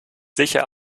sicher